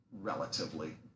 relatively